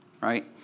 right